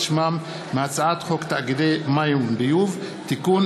שמם מהצעת חוק תאגידי מים וביוב (תיקון,